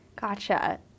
Gotcha